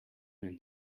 and